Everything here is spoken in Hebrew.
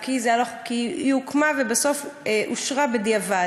שהערת, בסדר?